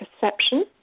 perception